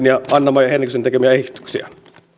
ja anna maja henrikssonin tekemiä ehdotuksia